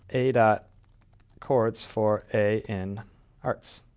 a but coords for a in arts.